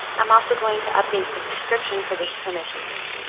i'm also going to update the description for this permission.